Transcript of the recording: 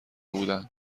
بودند